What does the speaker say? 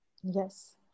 Yes